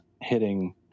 hitting